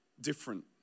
different